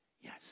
Yes